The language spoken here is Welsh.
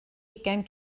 ugain